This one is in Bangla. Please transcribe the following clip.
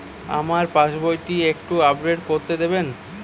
আমার পাসবই টি একটু আপডেট করে দেবেন?